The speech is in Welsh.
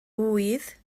ŵydd